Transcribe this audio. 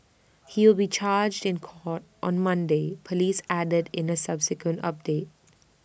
he will be charged in court on Monday Police added in A subsequent update